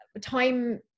time